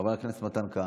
חבר הכנסת מתן כהנא,